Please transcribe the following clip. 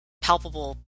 palpable